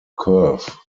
curve